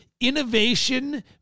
Innovation